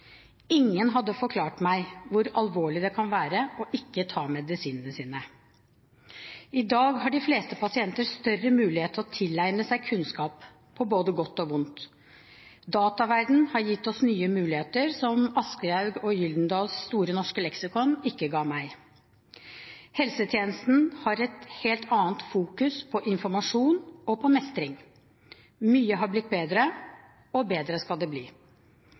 Ingen hadde forklart meg hvor alvorlig det kan være ikke å ta medisinene sine. I dag har de fleste pasienter større mulighet til å tilegne seg kunnskap, på både godt og vondt. Dataverdenen har gitt oss nye muligheter, som Aschehoug og Gyldendals Store norske leksikon ikke ga meg. Helsetjenesten har en helt annen fokusering på informasjon og på mestring. Mye har blitt bedre, og bedre skal det bli.